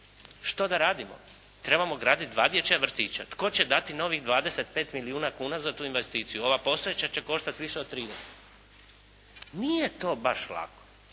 Što da radimo? Trebamo graditi 2 dječja vrtića? Tko će dati novih 25 milijuna kuna za tu investiciju? Ova postojeća će koštati više od 30. Nije to baš lako